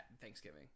Thanksgiving